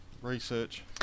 Research